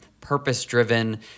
purpose-driven